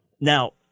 Now